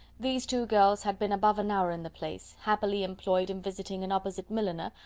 these two girls had been above an hour in the place, happily employed in visiting an opposite milliner,